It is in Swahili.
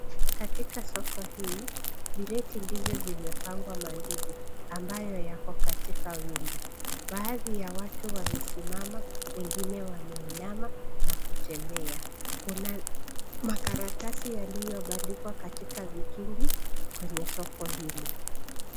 Katika soko hii vireti ndivyo vimepangwa mandizi ambayo yako katika wingi. Baadhi ya watu wamesimama, wengine wameinama, na kutembea. Kuna makaratasi yaliyobandikwa katika vikingi, kwenye soko hili.